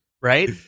Right